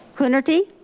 coonerty.